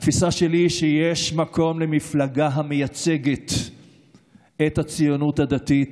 התפיסה שלי היא שיש מקום למפלגה המייצגת את הציונות הדתית,